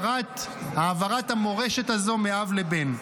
העברת המורשת הזו מאב לבן,